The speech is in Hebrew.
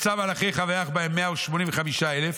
"יצא מלאכך ויך בהם מאה ושמונים וחמישה אלף,